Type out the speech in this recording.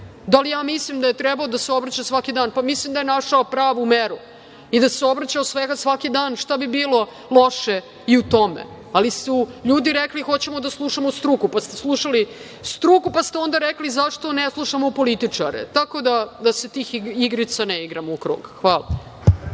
Da li ja mislim da je trebalo da se obraća svaki dan? Pa, mislim da je našao pravu meru i da se obraćao svaki dan šta bi bilo loše i u tome. Ali, su ljudi rekli, hoćemo da slušamo struku, pa ste slušali struku, pa ste onda rekli zašto ne slušamo političare. Tako da se tih igrica ne igramo u krug. Hvala